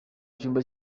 cyumba